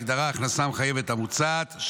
ההגדרה הכנסה מחייבת המוצעת,